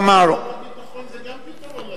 ביטחון זה גם פתרון לדבר הזה.